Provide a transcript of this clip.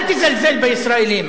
אל תזלזל בישראלים.